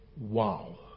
Wow